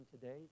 today